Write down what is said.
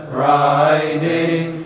riding